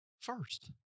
First